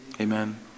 Amen